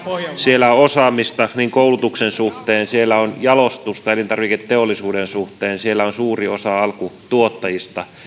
siellä on osaamista koulutuksen suhteen siellä on jalostusta elintarviketeollisuuden suhteen siellä on suuri osa alkutuottajista